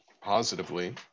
positively